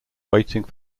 waiting